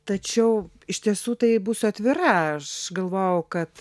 tačiau iš tiesų tai būsiu atvira aš galvojau kad